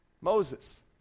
Moses